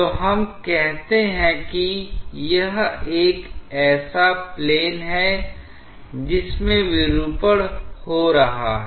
तो हम कहते हैं कि यह एक ऐसा प्लेन है जिसमें विरूपण हो रहा है